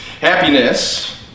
Happiness